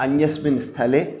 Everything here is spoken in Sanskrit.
अन्यस्मिन् स्थले